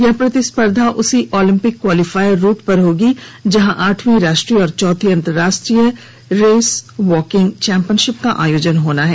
यह प्रतिस्पर्धा उसी ओलंपिक क्वालीफायर रूट पर होगी जहां आठवीं राष्ट्रीय और चौथी अंतरराष्ट्रीय रेस वॉकिंग चैंपियनशिप का आयोजन होना है